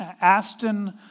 Aston